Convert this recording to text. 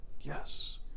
yes